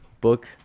book